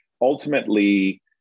ultimately